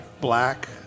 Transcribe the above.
black